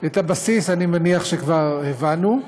את הבסיס אני מניח שכבר הבנו.